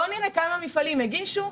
בואו נראה כמה מפעלים כמה הגישו,